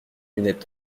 lunettes